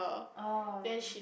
oh